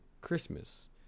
Christmas